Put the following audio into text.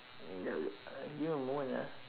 kejap kejap give me a moment ah